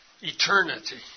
eternity